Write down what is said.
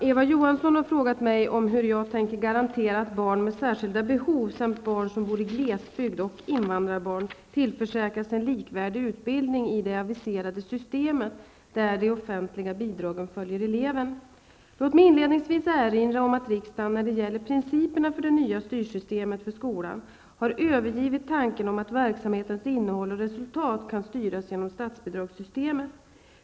Eva Johansson har frågat mig om hur jag tänker garantera att barn med särskilda behov samt barn som bor i glesbygd och invandrarbarn tillförsäkras en likvärdig utbildning i det aviserade systemet, där de offentliga bidragen följer eleven. Låt mig inledningsvis erinra om att riksdagen när det gäller principerna för det nya styrsystemet för skolan har övergivit tanken om att verksamhetens innehåll och resultat kan styras genom statsbidragssystemet.